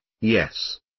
yes